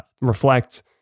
Reflect